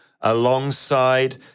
alongside